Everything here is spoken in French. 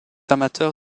amateur